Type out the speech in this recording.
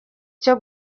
cyo